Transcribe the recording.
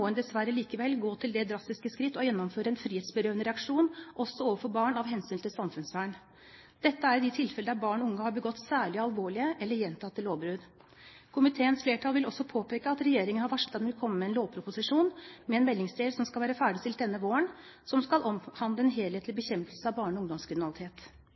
dessverre likevel gå til det drastiske skritt å gjennomføre en frihetsberøvende reaksjon også overfor barn av hensyn til samfunnsvernet. Dette er i de tilfeller der barn og unge har begått særlig alvorlige eller gjentatte lovbrudd. Komiteens flertall vil også påpeke at regjeringen har varslet at den vil komme med en lovproposisjon med en meldingsdel som skal være ferdigstilt denne våren, og som skal omhandle en helhetlig bekjempelse av barne- og ungdomskriminalitet.